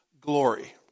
glory